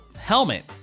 helmet